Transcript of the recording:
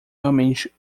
realmente